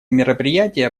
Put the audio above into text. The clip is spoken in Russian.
мероприятия